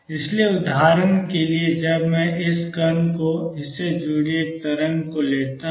इसलिए उदाहरण के लिए जब मैं इस कण और इससे जुड़ी एक तरंग को लेता हूं